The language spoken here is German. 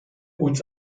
uns